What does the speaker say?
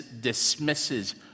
dismisses